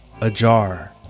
ajar